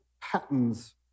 patterns